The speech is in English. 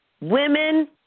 Women